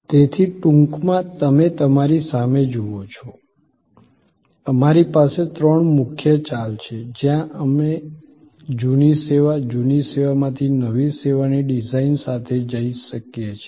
તેથી ટૂંકમાં તમે તમારી સામે જુઓ છો અમારી પાસે ત્રણ મુખ્ય ચાલ છે જ્યાં અમે જૂની સેવા જૂની સેવામાંથી નવી સેવાની ડિઝાઇન સાથે જઈ શકીએ છીએ